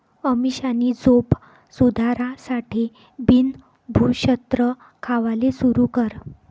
अमीषानी झोप सुधारासाठे बिन भुक्षत्र खावाले सुरू कर